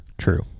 True